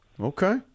Okay